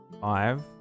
five